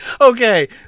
Okay